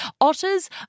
Otters